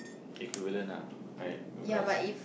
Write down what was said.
equivalent ah right because